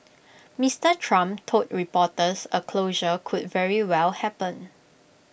Mister Trump told reporters A closure could very well happen